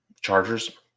Chargers